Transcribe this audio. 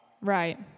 right